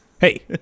hey